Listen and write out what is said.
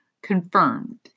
Confirmed